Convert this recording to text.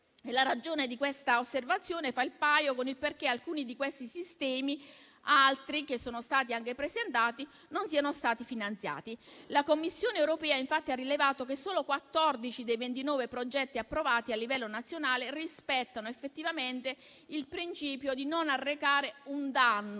La ragione di questa osservazione fa il paio con il perché alcuni di questi sistemi e altri che sono stati anche presentati non siano stati finanziati. La Commissione europea, infatti, ha rilevato che solo 14 dei 29 progetti approvati a livello nazionale rispettano effettivamente il principio di non arrecare un danno